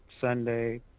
Sunday